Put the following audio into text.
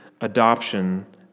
adoption